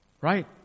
Right